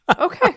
okay